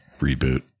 reboot